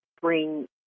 bring